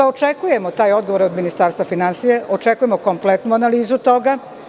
Očekujemo taj odgovor od Ministarstva finansija, očekujemo kompletnu analizu toga.